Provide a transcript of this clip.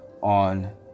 on